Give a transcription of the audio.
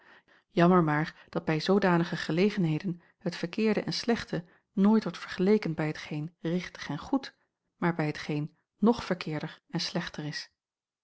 jammer maar dat bij zoodanige gelegenheden het verkeerde en slechte nooit wordt vergeleken bij hetgeen richtig en goed maar bij hetgeen nog verkeerder en slechter is